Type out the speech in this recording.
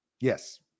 Yes